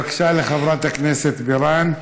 בבקשה, חברת הכנסת בירן.